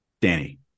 Danny